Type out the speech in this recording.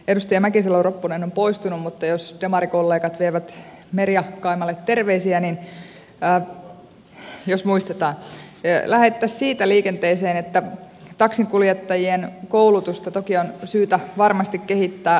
edustaja mäkisalo ropponen on poistunut mutta jos demarikollegat vievät merja kaimalle terveisiä jos muistetaan niin lähdettäisiin siitä liikenteeseen että taksinkuljettajien koulutusta toki on syytä varmasti kehittää